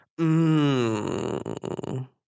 Mmm